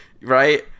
Right